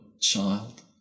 child